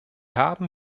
haben